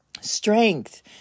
strength